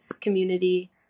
community